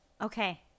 okay